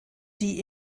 die